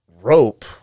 Rope